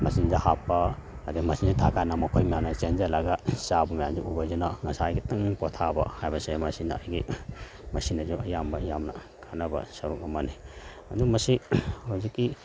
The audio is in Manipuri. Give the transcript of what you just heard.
ꯃꯆꯤꯟꯖꯥꯛ ꯍꯥꯞꯄ ꯑꯗꯒꯤ ꯃꯆꯤꯟꯁꯤ ꯊꯥ ꯀꯥꯟꯗ ꯃꯈꯣꯏ ꯃꯌꯥꯝꯅ ꯆꯦꯟꯖꯤꯜꯂꯒ ꯆꯥꯕ ꯃꯌꯥꯝꯁꯤ ꯎꯕꯁꯤꯅ ꯉꯁꯥꯏ ꯈꯤꯇꯪ ꯄꯣꯊꯥꯕ ꯍꯥꯏꯕꯁꯦ ꯃꯁꯤꯅ ꯑꯩꯒꯤ ꯃꯁꯤꯅꯁꯨ ꯑꯌꯥꯝꯕ ꯌꯥꯝꯅ ꯀꯥꯟꯅꯕ ꯁꯔꯨꯛ ꯑꯃꯅꯤ ꯑꯗꯨ ꯃꯁꯤ ꯍꯧꯖꯤꯛꯀꯤ